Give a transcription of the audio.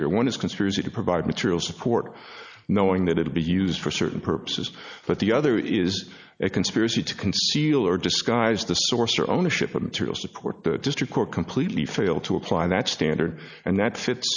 here one is conspiracy to provide material support knowing that it will be used for certain purposes but the other is a conspiracy to conceal or disguise the source or ownership of material support the district court completely fail to apply that standard and that fits